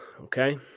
Okay